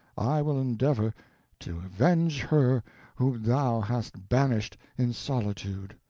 i will endeavor to avenge her whom thou hast banished in solitude.